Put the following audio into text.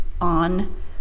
on